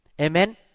Amen